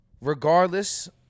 regardless